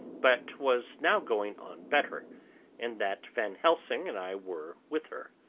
but was now going on better and that van helsing and i were with her.